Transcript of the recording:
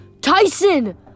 Tyson